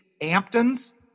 Amptons